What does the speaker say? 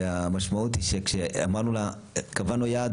המשמעות היא שכשאמרנו לה: קבענו יעד,